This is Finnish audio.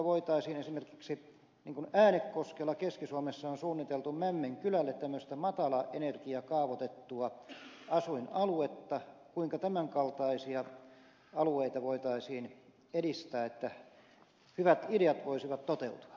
kun esimerkiksi äänekoskella keski suomessa on suunniteltu mäm menkylälle tämmöistä matalaenergiakaavoitettua asuinaluetta kuinka tämän kaltaisia alueita voitaisiin edistää että hyvät ideat voisivat toteutua